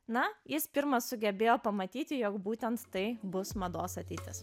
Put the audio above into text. na jis pirmas sugebėjo pamatyti jog būtent tai bus mados ateitis